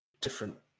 different